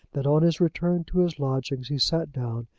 that on his return to his lodgings he sat down,